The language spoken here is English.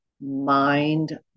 mind